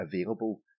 available